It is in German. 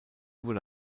wurde